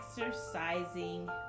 exercising